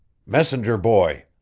messenger boy.